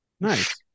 Nice